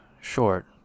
short